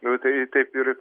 nu tai taip ir